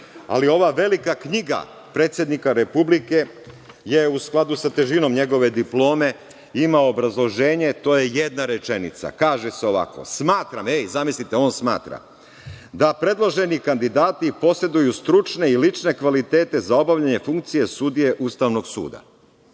ali ova velika knjiga predsednika Republike je u skladu sa težinom njegove diplome, ima obrazloženje, to je jedna rečenica. Kaže se ovako – smatram, ej, zamislite, on smatra, da predloženi kandidati poseduju stručne i lične kvalitete za obavljanje funkcije sudije Ustavnog suda.